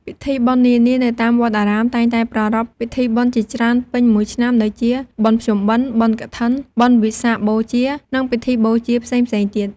ពិធីបុណ្យនានា នៅតាមវត្តអារាមតែងតែប្រារព្ធពិធីបុណ្យជាច្រើនពេញមួយឆ្នាំ ដូចជា បុណ្យភ្ជុំបិណ្ឌ បុណ្យកឋិន បុណ្យវិសាខបូជា និងពិធីបូជាផ្សេងៗទៀត។